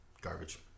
garbage